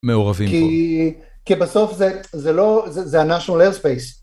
מעורבים פה. כי בסוף זה לא, זה ה-National Airspace.